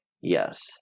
Yes